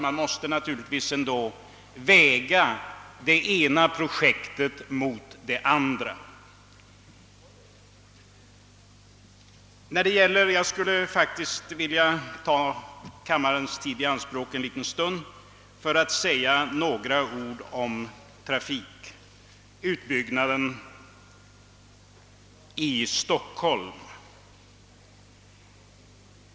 Man måste väga det ena projektets angelägenhetsgrad mot det andra. Jag skulle vilja ta kammarens tid i anspråk för att säga några ord om trafikledsutbyggnaden i Stockholm.